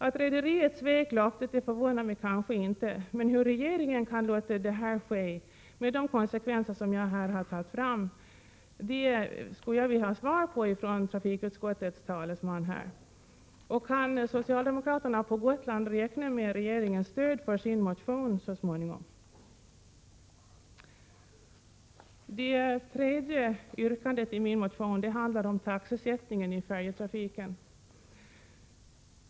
Att rederiet svek löftet förvånar mig kanske inte, men hur regeringen kan låta detta ske, när det får sådana konsekvenser som jag här har visat på, skulle jag vilja att trafikutskottets talesman talade om. Kan socialdemokraterna på Gotland räkna med regeringens stöd för sin motion så småningom? Det tredje yrkandet i min motion handlar om taxesättningen i färjetrafiken.